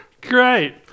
Great